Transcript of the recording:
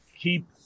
keep